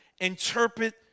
interpret